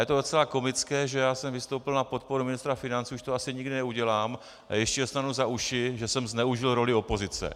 A je to docela komické, že já jsem vystoupil na podporu ministra financí, už to asi nikdy neudělám, a ještě dostanu za uši, že jsem zneužil roli opozice.